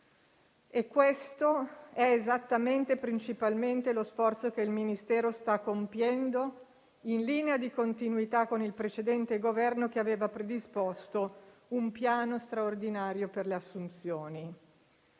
giustizia. Questo è principalmente lo sforzo che il Ministero sta compiendo, in linea di continuità con il precedente Governo, che aveva predisposto un piano straordinario per le assunzioni.